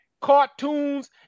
cartoons